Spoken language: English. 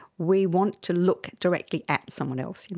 we want to look directly at someone else. you know